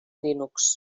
linux